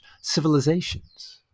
civilizations